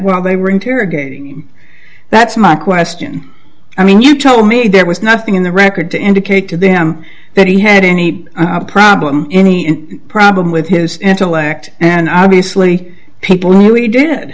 while they were interrogating him that's my question i mean you told me there was nothing in the record to indicate to them that he had any problem any problem with his intellect and obviously people